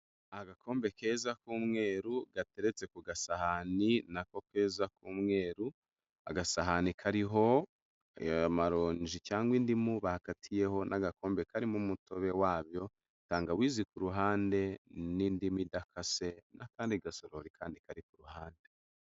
Agakombe keza k'umweru gateretse ku gasahani na ko keza k'umweru, agasahani kariho amaronji cyangwa indimu bakatiyeho n'agakombe karimo umutobe wabyo, tangawizi ku ruhande n'indimu idakase n'akandi gasorori kandi kari ku ruhande.